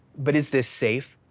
but is this safe?